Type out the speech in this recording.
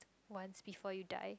once before you die